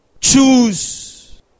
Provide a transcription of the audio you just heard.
choose